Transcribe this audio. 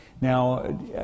Now